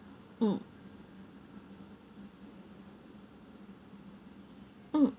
mm mm